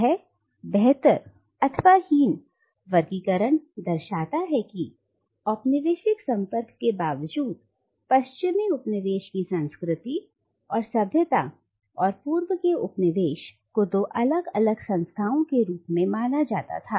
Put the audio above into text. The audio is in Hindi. यह बेहतर हीन वर्गीकरण दर्शाता है कि औपनिवेशिक संपर्क के बावजूद पश्चिमी उपनिवेश की संस्कृति और सभ्यता और पूर्व के उपनिवेश को दो अलग अलग संस्थाओं के रूप में माना जाता था